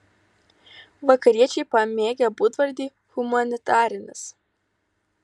vakariečiai pamėgę būdvardį humanitarinis